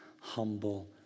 humble